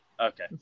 Okay